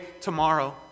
tomorrow